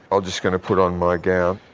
ah just going to put on my gown.